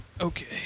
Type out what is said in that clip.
Okay